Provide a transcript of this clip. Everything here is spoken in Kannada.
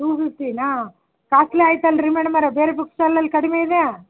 ಟೂ ಫಿಫ್ಟಿನಾ ಕಾಸ್ಟ್ಲಿ ಆಯ್ತಲ್ಲ ರೀ ಮೇಡಮ್ಮಾರೆ ಬೇರೆ ಬುಕ್ಸೆಲ್ಲ ಅಲ್ಲಿ ಕಡಿಮೆ ಇದೆ